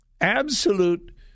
Absolute